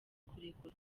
kurekurwa